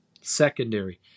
secondary